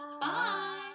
Bye